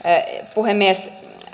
puhemies